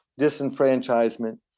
disenfranchisement